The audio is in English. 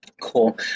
Cool